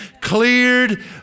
cleared